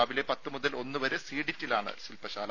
രാവിലെ പത്ത് മുതൽ ഒന്നുവരെ സി ഡിറ്റിലാണ് ശില്പശാല